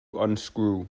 unscrew